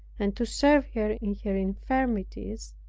and to serve her in her infirmities,